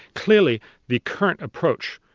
clearly the current approach,